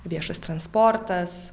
viešas transportas